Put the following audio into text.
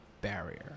barrier